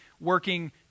working